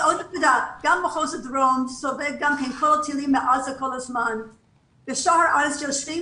מחוז הדרום סובל גם מהטילים מעזה, ולמרות זאת